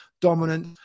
dominant